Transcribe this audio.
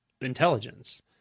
intelligence